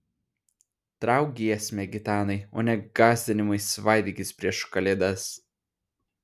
trauk giesmę gitanai o ne gąsdinimais svaidykis prieš kalėdas